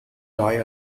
die